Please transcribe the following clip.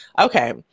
Okay